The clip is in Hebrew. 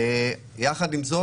עם זאת,